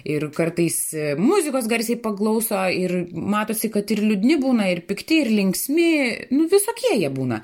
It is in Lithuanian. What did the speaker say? ir kartais muzikos garsiai paklauso ir matosi kad ir liūdni būna ir pikti ir linksmi nu visokie jie būna